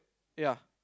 ya